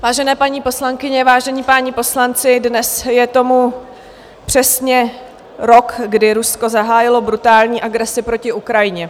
Vážené paní poslankyně, vážení páni poslanci, dnes je tomu přesně rok, kdy Rusko zahájilo brutální agresi proti Ukrajině.